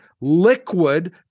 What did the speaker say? liquid